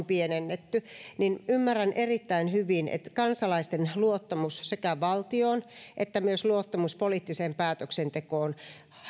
pienennetty niin ymmärrän erittäin hyvin että kansalaisten luottamus sekä valtioon että myös poliittiseen päätöksentekoon